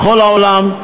בכל העולם,